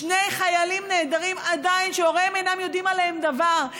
שני חיילים עדיין נעדרים והוריהם אינם יודעים עליהם דבר.